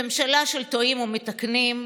ממשלה של טועים ומתקנים,